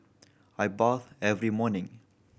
I bathe every morning